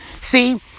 See